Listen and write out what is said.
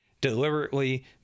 deliberately